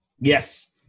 Yes